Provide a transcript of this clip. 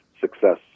success